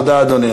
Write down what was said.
תודה, אדוני.